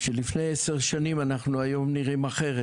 שלפני 10 שנים נראינו אחרת.